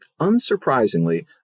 Unsurprisingly